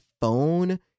phone